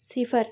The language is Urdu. صفر